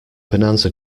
bonanza